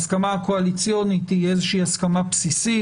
ההסכמה הקואליציונית היא איזה הסכמה בסיסית,